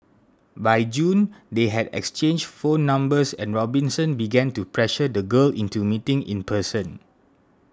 by June they had exchanged phone numbers and Robinson began to pressure the girl into meeting in person